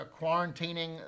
quarantining